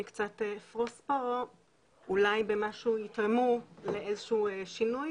קצת אפרוס פה אולי במשהו יתרמו לאיזה שהוא שינוי,